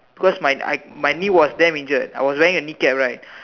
because my I my knee was damn injured I was wearing a kneecap right